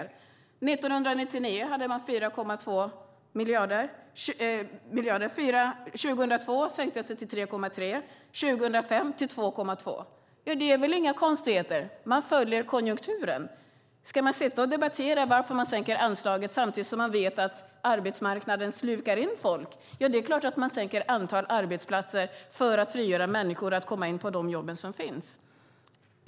År 1999 hade man 4,2 miljarder. År 2002 sänktes det till 3,3 miljarder. År 2005 sänktes det till 2,2 miljarder. Det är inga konstigheter. Man följer konjunkturen. Ska man debattera varför man sänker anslaget samtidigt som man vet att arbetsmarknaden slukar folk? Det är klart att man sänker antalet platser för att frigöra människor som kan komma in på de jobb som finns.